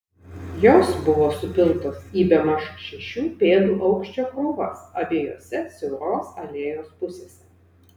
jos buvo supiltos į bemaž šešių pėdų aukščio krūvas abiejose siauros alėjos pusėse